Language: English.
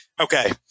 Okay